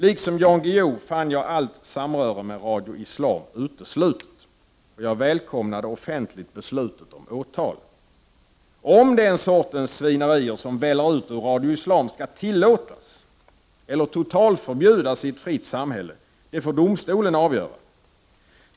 Liksom Jan Guillou fann jag allt samröre med Radio Islam uteslutet. Jag välkomnade offentligt beslutet om åtal. Om den sorts svinerier som väller ut ur Radio Islam skall tillåtas eller totalförbjudas i ett fritt samhälle får domstolen avgöra.